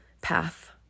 path